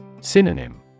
Synonym